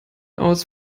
aus